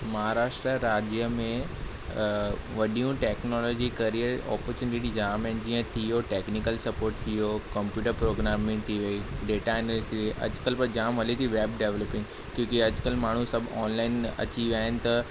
महाराष्ट्र राज्य में वॾियूं टेक्नोलॉजी करियर ऑपॉर्चनिटी जाम आहिनि जीअं थियो टेक्नीकल सपोर्ट थियो कम्पयूटर प्रोग्रामिंग थी वई डेटा एनालिसिस थी वई अॼुकल्ह पर जाम हले ती वैब डेवलपिंग अॼुकल्ह माण्हू सभु ऑनलाइन अची विया आहिनि त